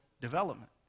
development